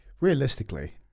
Realistically